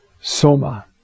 Soma